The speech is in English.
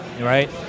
right